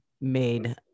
made